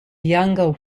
younger